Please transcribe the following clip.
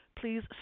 please